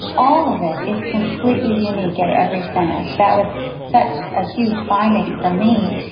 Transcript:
all of it is completely unique at every centre. that was such a huge finding for me,